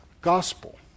gospel